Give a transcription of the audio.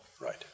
Right